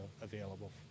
available